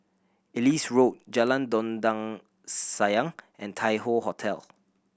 Ellis Road Jalan Dondang Sayang and Tai Hoe Hotel